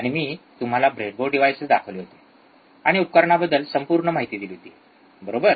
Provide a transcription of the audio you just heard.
आणि मी तुम्हाला ब्रेडबोर्ड डिव्हाइसेस दाखवले होते आणि उपकरणाबद्दल संपूर्ण माहिती दिली होती बरोबर